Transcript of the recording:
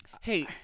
hey